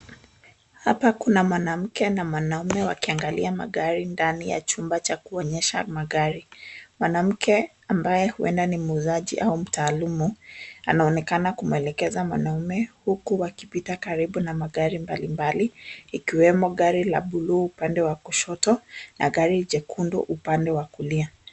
Hapa kuna mwanamke na mwanaume wakiangalia magari ndani ya chumba cha kuonyesha magari. Mwanamke, ambaye huenda ni muuzaji au mtaalamu ,amaonekana kumwelekeza mwanaume huku wakipita karibu na magari mbalimbali, ikiwemo gari la buluu upande wa kushoto na gari jekundu upande wa kulia.